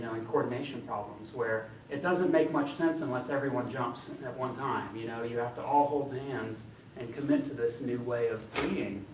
and coordination problems. where it doesn't make much sense unless everyone jumps at one time. you know you have to all hold hands and commit to this new way of being.